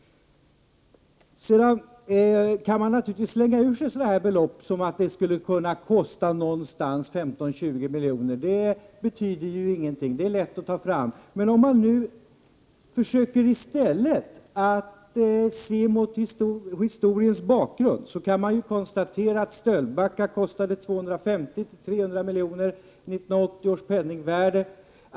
Man kan naturligtvis slänga ur sig uppgifter om att ett avbrytande skulle kosta 15-20 milj.kr. Det betyder ju ingenting; det kan man lätt göra. I ett historiskt perspektiv kan vi i stället konstatera att det kostade 250-300 miljoner att avbryta utbyggnaden av Sölvbacka strömmar räknat i 1980 års penningvärde.